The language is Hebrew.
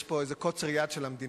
יש פה איזה קוצר יד של המדינה.